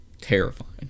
Terrifying